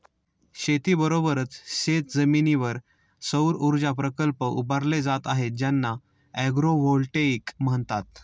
शेतीबरोबरच शेतजमिनीवर सौरऊर्जा प्रकल्प उभारले जात आहेत ज्यांना ॲग्रोव्होल्टेईक म्हणतात